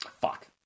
Fuck